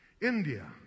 India